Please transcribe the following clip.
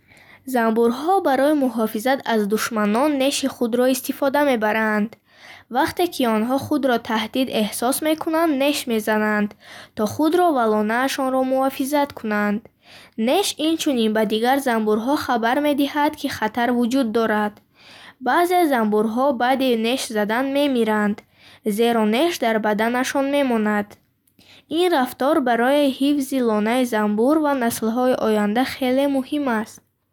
Занбурҳо барои муҳофизат аз душманон неши худро истифода мебаранд. Вақте ки онҳо худро таҳдид эҳсос мекунанд, неш мезананд, то худро ва лонаашонро муҳофизат кунанд. Неш инчунин ба дигар занбурҳо хабар медиҳад, ки хатар вуҷуд дорад. Баъзе занбурҳо баъди неш задан мемиранд, зеро неш дар баданашон мемонад. Ин рафтор барои ҳифзи лонаи занбур ва наслҳои оянда хеле муҳим аст.